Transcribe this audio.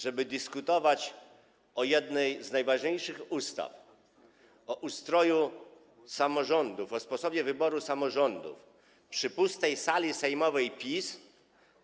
Żeby dyskutować o jednej z najważniejszych ustaw, o ustroju samorządów, o sposobie wyboru samorządów przy pustej sali sejmowej po stronie PiS?